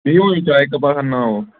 چیٚیِو وۅنۍ چایہِ کَپ اَکھ انٕناوَو